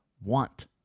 want